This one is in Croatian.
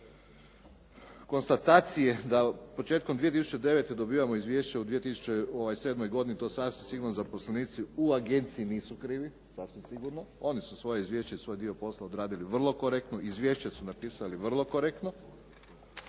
konstatacije da početkom 2009. dobivamo izvješće u 2007. godini, to sasvim sigurno zaposlenici u agenciji nisu krivi sasvim sigurno. Oni su svoje izvješće i svoj dio posla odradili vrlo korektno, izvješće su napisali vrlo korektno